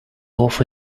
offer